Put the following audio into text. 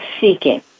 seeking